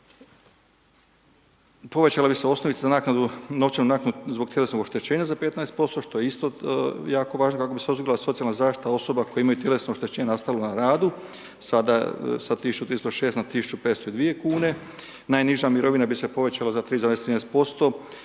Povećala bi se osnovica za novčanu naknadu zbog tjelesnog oštećenja za 15% što je isto jako važno kako bi se osigurala socijalna zaštita osoba koje imaju tjelesno oštećenje nastalo na radu. Sada sa 1306 na 1502 kune. Najniža mirovina bi se povećala za 13,3%